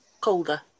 Colder